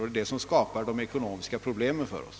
Det är detta som skapar de ekonomiska problemen för OSS.